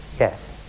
Yes